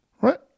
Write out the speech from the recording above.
Right